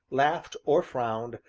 laughed, or frowned,